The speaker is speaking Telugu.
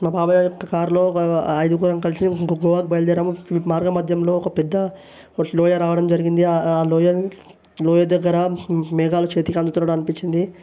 మా బాబయ్య యొక్క కార్లో ఐదుగురం కలిసి గోవాకు బయలుదేరాము మార్గం మధ్యలో ఒక పెద్ద లోయ రావడం జరిగింది ఆ లోయ లోయ దగ్గర మేఘాలు చేతికందుతున్నట్టు అనిపించింది